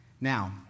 Now